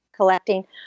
collecting